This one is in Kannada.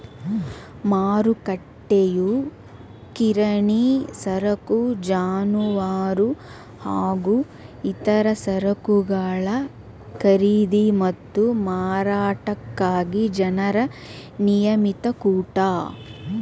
ಮಾರುಕಟ್ಟೆಯು ಕಿರಾಣಿ ಸರಕು ಜಾನುವಾರು ಹಾಗೂ ಇತರ ಸರಕುಗಳ ಖರೀದಿ ಮತ್ತು ಮಾರಾಟಕ್ಕಾಗಿ ಜನರ ನಿಯಮಿತ ಕೂಟ